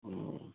হুম